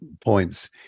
points